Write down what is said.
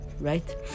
right